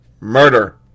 murder